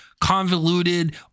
convoluted